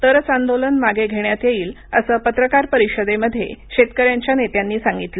तरच आंदोलन मागे घेण्यात येईल असं पत्रकार परिषदेमध्ये शेतकऱ्यांच्या नेत्यांनी सांगितलं